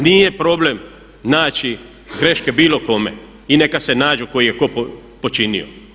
Nije problem naći greške bilo kome i neka se nađu koji je tko počinio.